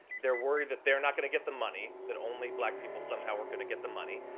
they're worried that they're not gonna get the money, that only black people somehow are gonna get the money,